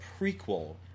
prequel